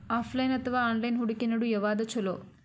Offline ಅಥವಾ online ಹೂಡಿಕೆ ನಡು ಯವಾದ ಛೊಲೊ?